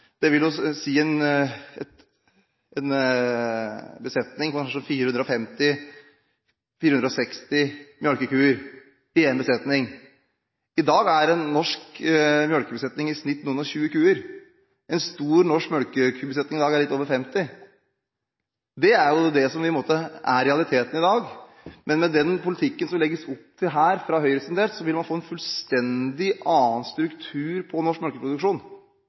en besetning på kanskje 450–460 melkekuer. I dag er en norsk melkekubesetning – i snitt – på noen-og-20 kuer. En stor, norsk melkekubesetning i dag er på litt over 50 kuer. Det er realiteten i dag. Med den politikken som det legges opp til fra Høyres side, vil man få en helt annen struktur på norsk